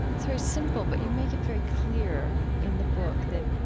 it's very simple, but you make it very clear in the book that,